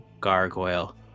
gargoyle